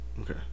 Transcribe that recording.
Okay